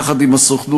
יחד עם הסוכנות,